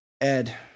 Ed